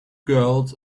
girls